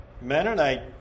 Mennonite